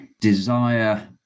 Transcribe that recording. desire